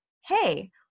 hey